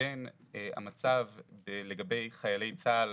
בין המצב לגבי חיילי צה"ל,